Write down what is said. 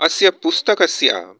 अस्य पुस्तकस्य